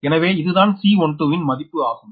எனவே இதுதான் C12 ன் மதிப்பு ஆகும்